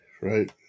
right